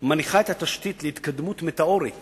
מניחה את התשתית להתקדמות מטאורית